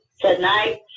tonight